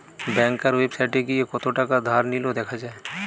ব্যাংকার ওয়েবসাইটে গিয়ে কত থাকা ধার নিলো দেখা যায়